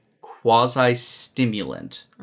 quasi-stimulant